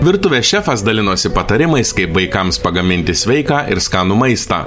virtuvės šefas dalinosi patarimais kaip vaikams pagaminti sveiką ir skanų maistą